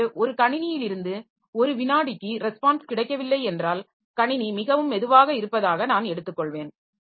எனவே ஒரு கணினியிலிருந்து ஒரு விநாடிக்கு ரெஸ்பான்ஸ் கிடைக்கவில்லை என்றால் கணினி மிகவும் மெதுவாக இருப்பதாக நான் எடுத்துக்கொள்வேன்